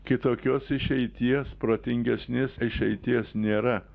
kitokios išeities protingesnės išeities nėra